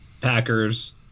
Packers